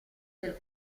del